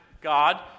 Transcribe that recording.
God